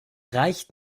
reicht